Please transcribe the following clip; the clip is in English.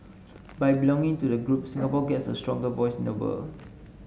by belonging to the group Singapore gets a stronger voice in the world